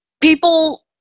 People